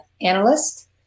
analyst